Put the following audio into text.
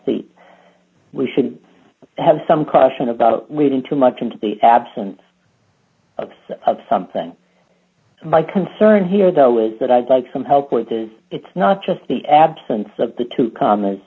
the we should have some caution about leaving too much into the absence of something my concern here though is that i'd like some help with it's not just the absence of the two commas